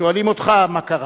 שואלים אותך מה קרה.